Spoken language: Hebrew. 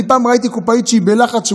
אני פעם ראיתי קופאית שהיא בלחץ,